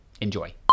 Enjoy